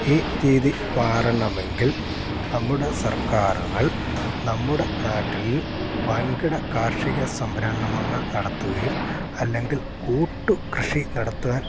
ഈ രീതി മാറണമെങ്കിൽ നമ്മുടെ സർക്കാരുകൾ നമ്മുടെ നാട്ടിൽ വൻകിട കാർഷിക സംഭരണങ്ങൾ നടത്തുകയും അല്ലെങ്കിൽ കൂട്ടു കൃഷി നടത്താൻ